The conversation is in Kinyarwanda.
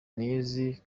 n’izi